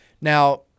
Now